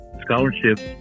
scholarships